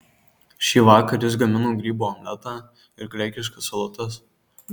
šįvakar jis gamino grybų omletą ir graikiškas salotas